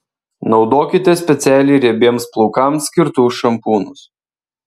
naudokite specialiai riebiems plaukams skirtus šampūnus